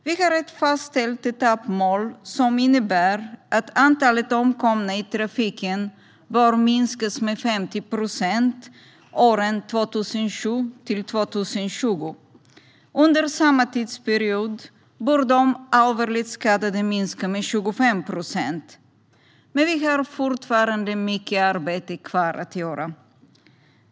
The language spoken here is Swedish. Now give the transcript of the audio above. Vi har ett fastställt etappmål som innebär att antalet omkomna i trafiken bör minskas med 50 procent under perioden 2007-2020. Under samma tidsperiod bör antalet allvarligt skadade minska med 25 procent. Men vi har fortfarande mycket arbete kvar att göra.